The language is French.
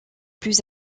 plus